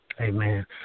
Amen